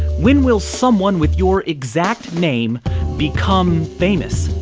when will someone with your exact name become famous?